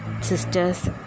sisters